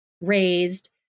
raised